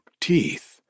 teeth